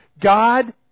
God